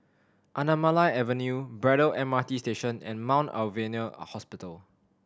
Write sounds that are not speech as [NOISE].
Anamalai Avenue Braddell M R T Station and Mount Alvernia [UNINTELLIGIBLE] Hospital